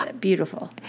beautiful